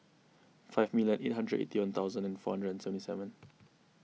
five million eight hundred eighty one thousand and four hundred and seventy seven